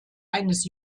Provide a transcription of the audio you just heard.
eines